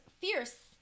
fierce